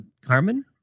Carmen